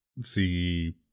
see